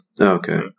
Okay